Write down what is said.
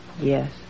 Yes